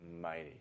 mighty